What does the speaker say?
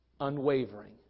unwavering